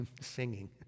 singing